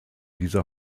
dieser